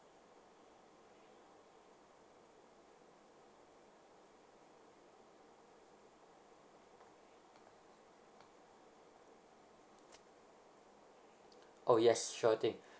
oh yes sure thing